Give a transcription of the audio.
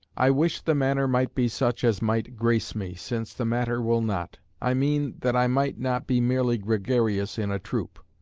i wish the manner might be such as might grace me, since the matter will not i mean, that i might not be merely gregarious in a troop.